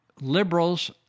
Liberals